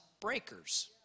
breakers